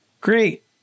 great